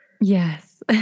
yes